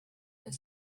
was